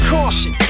Caution